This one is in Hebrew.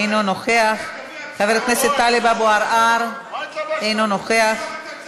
אינו נוכח, חבר הכנסת טלב אבו עראר, אינו נוכח.